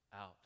out